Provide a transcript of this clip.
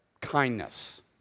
kindness